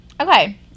Okay